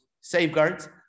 safeguards